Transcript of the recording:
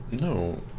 No